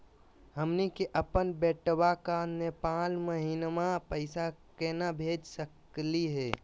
हमनी के अपन बेटवा क नेपाल महिना पैसवा केना भेज सकली हे?